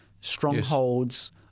strongholds